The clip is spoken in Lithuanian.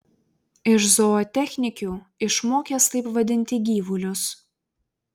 iš zootechnikių išmokęs taip vadinti gyvulius